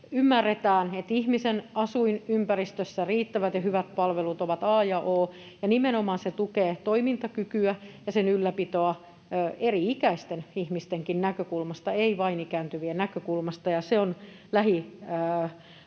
ymmärretään, että ihmisen asuinympäristössä riittävät ja hyvät palvelut ovat a ja o. Se nimenomaan tukee toimintakykyä ja sen ylläpitoa eri-ikäisten ihmisten näkökulmasta, ei vain ikääntyvien näkökulmasta, ja se on tällainen